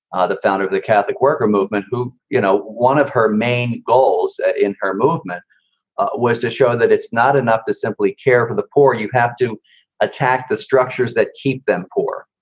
ah the founder of the catholic worker movement, who, you know, one of her main goals in her movement was to show that it's not enough to simply care for the poor. you have to attack the structures that keep them poor.